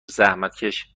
زحمتکش